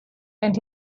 and